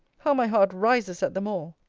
how my heart rises at them all!